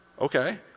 Okay